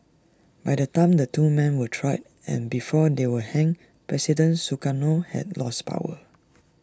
by the time the two men were tried and before they were hanged president Sukarno had lost power